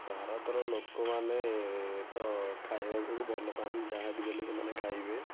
ଭାରତର ଲୋକମାନେ ତ ଖାଇବାକୁ ଭଲ ପାଆନ୍ତି ଯାହା ବି ଦେଲେ ସେମାନେ ଖାଇବେ